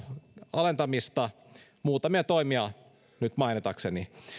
alentamista muutamia toimia nyt mainitakseni